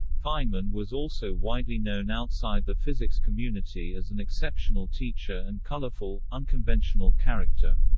feynman was also widely known outside the physics community as an exceptional teacher and colorful, unconventional character.